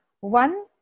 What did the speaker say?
one